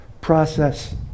process